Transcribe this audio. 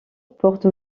porte